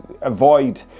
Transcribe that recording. avoid